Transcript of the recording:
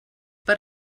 per